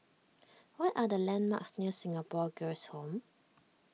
what are the landmarks near Singapore Girls' Home